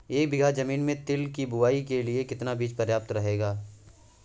एक बीघा ज़मीन में तिल की बुआई के लिए कितना बीज प्रयाप्त रहेगा?